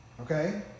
okay